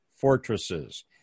fortresses